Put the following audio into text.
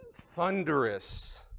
thunderous